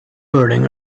burden